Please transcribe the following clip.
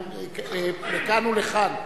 לכאן ולכאן.